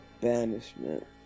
Banishment